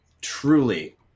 truly